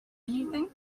anything